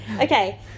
Okay